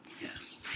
Yes